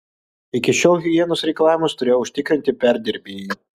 iki šiol higienos reikalavimus turėjo užtikrinti perdirbėjai